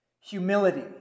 humility